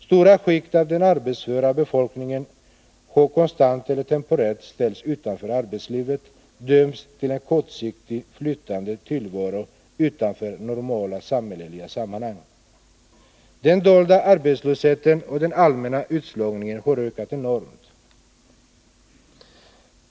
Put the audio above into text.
Stora skikt av den arbetsföra befolkningen har konstant eller temporärt ställts utanför arbetslivet, dömts till en kortsiktig, flytande tillvaro utanför normala samhälleliga sammanhang. Den dolda arbetslösheten och den allmänna utslagningen har ökat enormt.